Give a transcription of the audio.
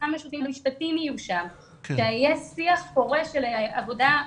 משרד המשפטים יהיה שם, שיהיה שיח פורה של עבודה.